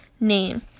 name